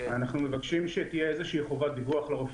אנחנו מבקשים שתהיה איזושהי חובת דיווח לרופא